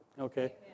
Okay